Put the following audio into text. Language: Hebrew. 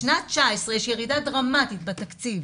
בשנת 2019 יש ירידה דרמטית בתקציב,